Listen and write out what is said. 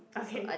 okay